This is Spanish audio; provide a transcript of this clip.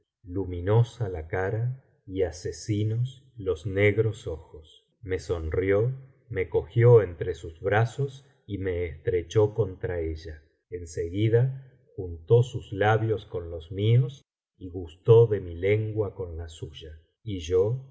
luminosa la cara y asesinos los biblioteca valenciana generalitat valenciana las mil noches y una noche negros ojos me sonrió me cogió entre sus brazos y me estrechó contra ella en seguida juntó sus labios con los míos y gustó de mi lengua con la suya y yo